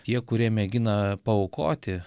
tie kurie mėgina paaukoti